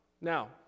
Now